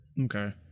Okay